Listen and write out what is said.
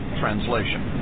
translation